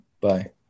Bye